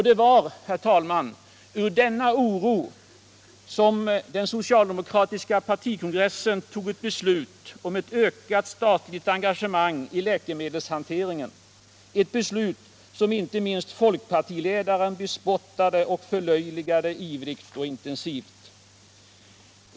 Det var, herr talman, i denna oro som den socialdemokratiska partikongressen tog ett beslut om ett ökat statligt engagemang i läkemedelsindustrin — ett beslut som inte minst folkpartiledaren bespottade och förlöjligade ivrigt och intensivt.